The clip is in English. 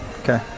Okay